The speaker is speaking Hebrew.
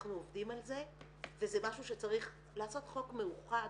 ואנחנו עובדים על זה וזה משהו שצריך לעשות חוק מאוחד.